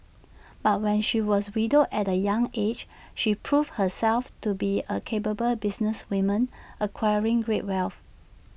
but when she was widowed at A young aged she proved herself to be A capable businesswoman acquiring great wealth